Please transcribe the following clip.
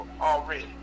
already